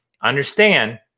Understand